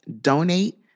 DONATE